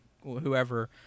whoever